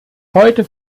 heute